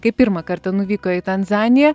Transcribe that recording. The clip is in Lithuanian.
kai pirmą kartą nuvyko į tanzaniją